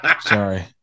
Sorry